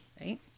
Right